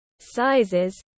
sizes